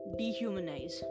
dehumanize